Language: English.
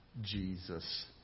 Jesus